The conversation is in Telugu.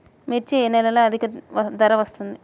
మిర్చి ఏ నెలలో అధిక ధర వస్తుంది?